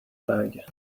bag